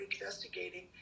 investigating